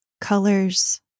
Colors